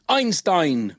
Einstein